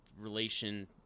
relation